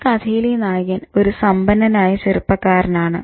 ഈ കഥയിലെ നായകൻ ഒരു സമ്പന്നനായ ചെറുപ്പക്കാരനാണ്